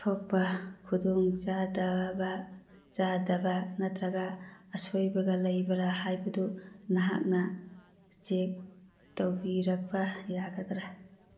ꯊꯣꯛꯄ ꯈꯨꯗꯣꯡ ꯆꯥꯗꯕ ꯆꯥꯗꯕ ꯅꯠꯇ꯭ꯔꯒ ꯑꯁꯣꯏꯕꯒ ꯂꯩꯕꯔꯥ ꯍꯥꯏꯕꯗꯨ ꯅꯍꯥꯛꯅ ꯆꯦꯛ ꯇꯧꯕꯤꯔꯛꯄ ꯌꯥꯒꯗ꯭ꯔꯥ